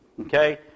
okay